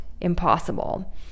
impossible